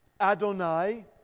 Adonai